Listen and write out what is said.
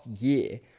year